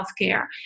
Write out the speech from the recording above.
healthcare